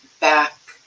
back